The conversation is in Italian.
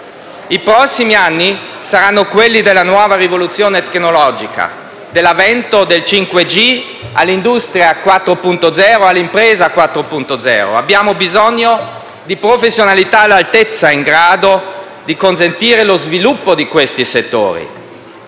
I prossimi anni saranno quelli della nuova rivoluzione tecnologia, dall'avvento del 5G, all'industria ed all'impresa 4.0. Abbiamo bisogno di professionalità all'altezza, in grado di consentire lo sviluppo di questi settori.